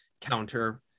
counter